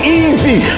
easy